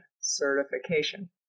certification